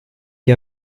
chi